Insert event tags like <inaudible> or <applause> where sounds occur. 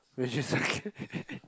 which is <laughs>